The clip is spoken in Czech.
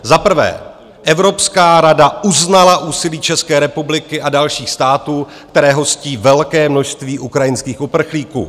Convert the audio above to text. Za prvé, Evropská rada uznala úsilí České republiky a dalších států, které hostí velké množství ukrajinských uprchlíků.